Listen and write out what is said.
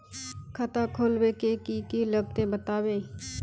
खाता खोलवे के की की लगते बतावे?